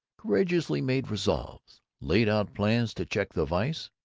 courageously made resolves, laid out plans to check the vice,